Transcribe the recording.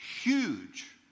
huge